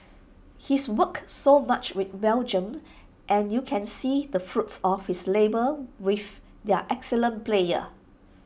he's worked so much with Belgium and you can see the fruits of his labour with their excellent players